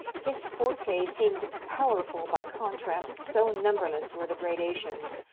his forte seemed powerful by contrast so numberless were the gradations,